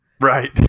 Right